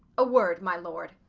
a word, my lord.